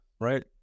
Right